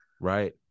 Right